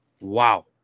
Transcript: Wow